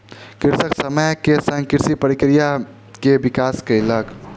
कृषक समय के संग कृषि प्रक्रिया के विकास कयलक